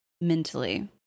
mentally